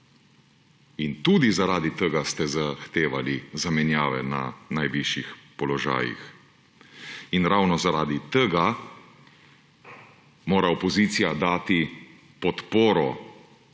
in tudi zaradi tega ste zahtevali zamenjave na najvišjih položajih. In ravno zaradi tega mora opozicija dati moralno